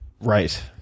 Right